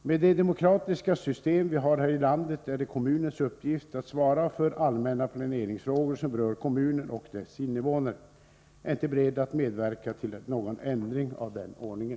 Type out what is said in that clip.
Med det demokratiska system vi har här i landet är det kommunens uppgift att svara för allmänna planeringsfrågor, som berör kommunen och dess invånare. Jag är inte beredd att medverka till någon ändring av den ordningen.